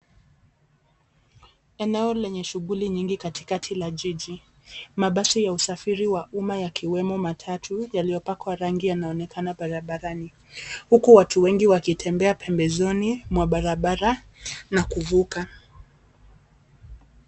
Eneo lenye shuguli nyingi katikati la jiji, mabasi ya usafiri wa umma yakiwemo matatu yaliyopakwa rangi yanaonekana barabarani, huku watu wengi wakitembea pembezoni mwa barabara na kuvuka.